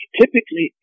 typically